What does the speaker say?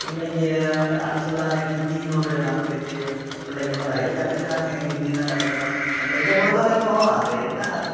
இன்னைக்கு அடிஷ்னல்லாக அந்த ஹிந்தின்னு ஒரு லாங்குவேஜு பிள்ளைங்கள்லாம் நிறைய கத்துக்குகிறாங்க ஹிந்தி தான் கத்துக்குகிறாங்க இப்போ என்ன பொறுத்த வரைக்கும் அது என்ன